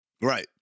Right